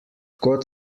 kod